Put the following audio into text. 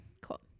Cool